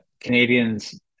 Canadians